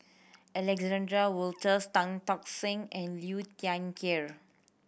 Alexander Wolters Tan Tock Seng and Liu Thai Ker